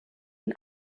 and